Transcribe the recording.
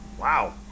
Wow